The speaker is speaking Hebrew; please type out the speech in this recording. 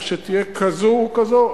שתהיה כזאת או כזאת,